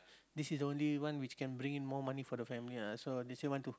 this is only one which can bring in more money for the family ah so they say want to